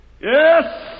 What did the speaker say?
Yes